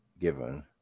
given